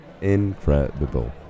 Incredible